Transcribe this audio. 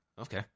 okay